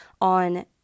on